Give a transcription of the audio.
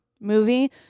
movie